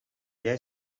jij